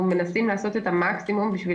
אנחנו מנסים לעשות את המקסימום בשביל